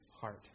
heart